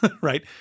Right